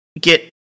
get